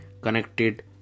connected